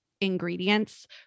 ingredients